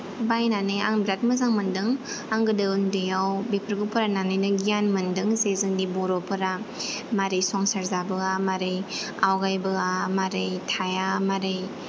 बायनानै आं बिराद मोजां मोनदों आं गोदो उन्दैयाव बेफोरखौ फरायनानै गियान मोनदों जे जोंनि बर'फोरा मारै संसार जाबोआमोन मारै आवगायबोआ मारै थाया मारै